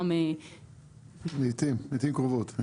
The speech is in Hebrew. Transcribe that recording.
לעתים קרובות.